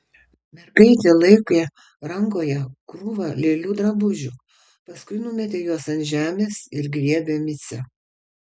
mergaitė laikė rankoje krūvą lėlių drabužių paskui numetė juos ant žemės ir griebė micę